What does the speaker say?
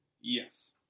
Yes